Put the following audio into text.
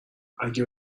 اگه